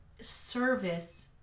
Service